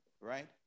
right